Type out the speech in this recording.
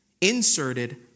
Inserted